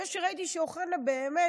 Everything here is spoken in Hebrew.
ראיתי שאוחנה באמת,